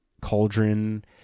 Cauldron